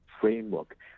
framework